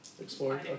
Explore